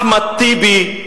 אחמד טיבי,